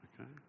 Okay